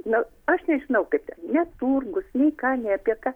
na aš nežinau kaip ten ne turgus nei ką nei apie ką